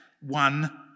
one